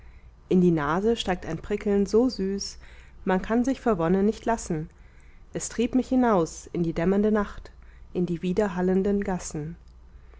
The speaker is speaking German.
in die nase steigt ein prickeln so süß man kann sich vor wonne nicht lassen es trieb mich hinaus in die dämmernde nacht in die widerhallenden gassen